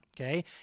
okay